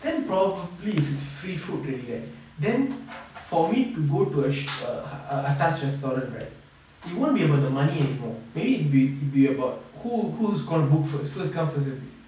then probably if it's free food really like then for me to go to a a atas restaurants right it won't be about the money anymore maybe it will be about who who's going to book first come first service